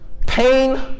Pain